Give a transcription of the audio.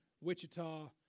Wichita